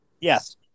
Yes